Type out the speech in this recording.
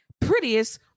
prettiest